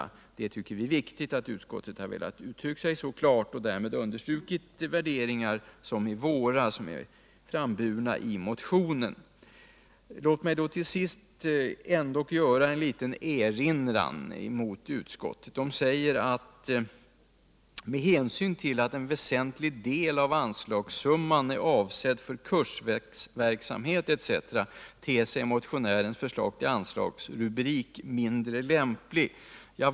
Vi motionärer tycker att det är viktigt att utskottet har velat uttrycka sig så klart och därmed understrukit de värderingar som är våra och som är framförda i motionen. Låt mig till sist ändock göra en liten erinran mot utskottet. Man säger att med hänsyn till att en väsentlig del av anslagssumman är avsedd för kursverksamhet ter sig motionärernas förslag till anslagsrubrik mindre lämplig.